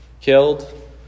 killed